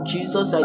Jesus